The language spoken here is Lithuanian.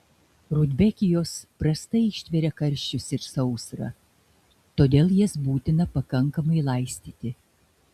rudbekijos prastai ištveria karščius ir sausrą todėl jas būtina pakankamai laistyti